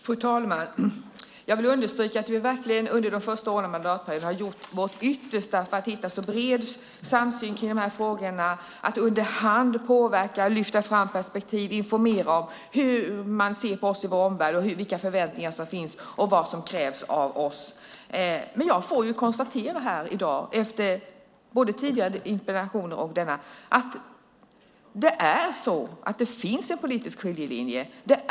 Fru talman! Jag vill understryka att vi under första åren av mandatperioden har gjort vårt yttersta för att hitta bred samsyn i dessa frågor och underhand påverka, lyfta fram perspektiv och informera om hur man ser på oss i vår omvärld, vilka förväntningar som finns och vad som krävs av oss. Jag får dock konstatera efter denna och tidigare interpellationsdebatt att det finns en politisk skiljelinje.